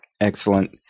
Excellent